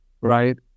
right